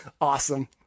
awesome